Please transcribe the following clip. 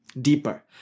deeper